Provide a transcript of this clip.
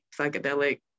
psychedelic